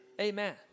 Amen